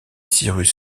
cyrus